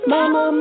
Mama